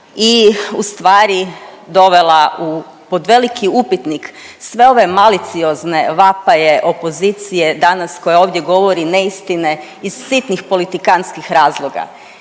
i ustvari dovela u pod veliki upitnik sve ove maliciozne vapaje opozicije danas koja ovdje govori neistine iz sitnih politikantskih razloga.